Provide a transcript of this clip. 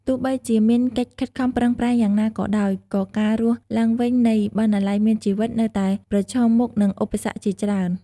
ទោះបីជាមានកិច្ចខិតខំប្រឹងប្រែងយ៉ាងណាក៏ដោយ ក៏ការរស់ឡើងវិញនៃ "បណ្ណាល័យមានជីវិត" នៅតែប្រឈមមុខនឹងឧបសគ្គជាច្រើន។